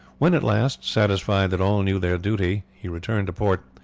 when, at last, satisfied that all knew their duty he returned to port,